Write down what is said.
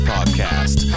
Podcast